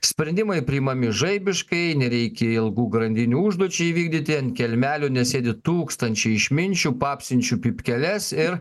sprendimai priimami žaibiškai nereikia ilgų grandinių užduočiai įvykdyti ant kelmelių nesėdi tūkstančiai išminčių papsinčių pypkeles ir